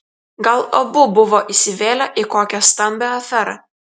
gal abu buvo įsivėlę į kokią stambią aferą